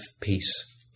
peace